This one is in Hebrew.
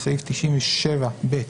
בסעיף 97ב,